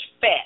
fat